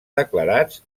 declarats